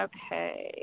Okay